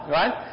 right